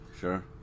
Sure